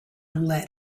lead